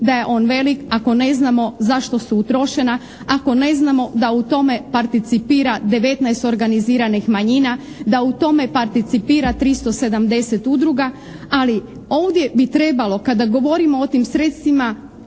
da je on velik ako ne znamo zašto su utrošena, ako ne znamo da u tome participira 19 organiziranih manjina, da u tome participira 370 udruga ali ovdje bi trebalo kada govorimo o tim sredstvima